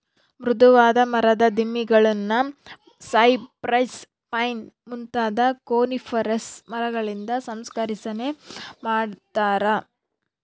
ಮೃದುವಾದ ಮರದ ದಿಮ್ಮಿಗುಳ್ನ ಸೈಪ್ರೆಸ್, ಪೈನ್ ಮುಂತಾದ ಕೋನಿಫೆರಸ್ ಮರಗಳಿಂದ ಸಂಸ್ಕರಿಸನೆ ಮಾಡತಾರ